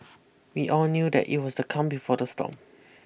we all knew that it was the calm before the storm